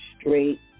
straight